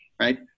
right